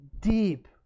deep